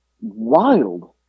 wild